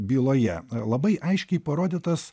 byloje labai aiškiai parodytas